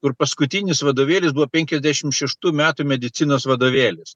kur paskutinis vadovėlis buvo penkiasdešimt šeštų metų medicinos vadovėlis